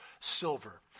silver